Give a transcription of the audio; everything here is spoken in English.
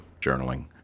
journaling